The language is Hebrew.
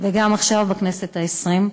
וגם עכשיו, בכנסת העשרים.